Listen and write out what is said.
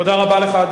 תודה רבה לך,